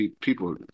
people